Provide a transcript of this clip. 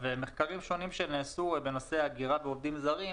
מחקרים שונים שנעשו בנושא הגירה ועובדים זרים,